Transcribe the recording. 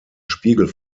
spiegel